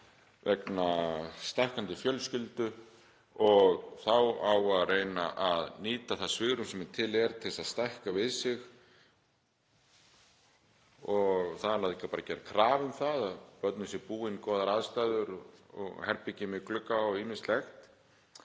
vegna stækkandi fjölskyldu og þá á að reyna að nýta það svigrúm sem til er til að stækka við sig. Það er bara gerð krafa um að börnum séu búnar góðar aðstæður, herbergi með glugga og ýmislegt,